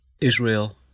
Israel